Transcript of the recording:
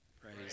Praise